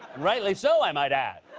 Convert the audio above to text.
rightly so, i might add.